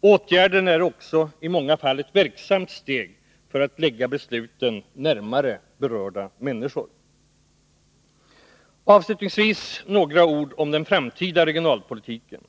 Åtgärden är också i många fall ett verksamt steg för att lägga besluten närmare berörda människor. Avslutningsvis några ord om den framtida regionalpolitiken.